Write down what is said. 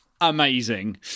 amazing